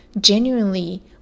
genuinely